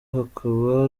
hakaba